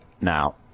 Now